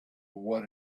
what